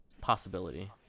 possibility